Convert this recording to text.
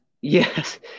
Yes